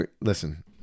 Listen